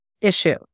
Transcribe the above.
issue